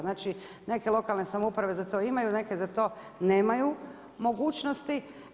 Znači, neke lokalne samouprave za to imaju, neke za to nemaju mogućnost.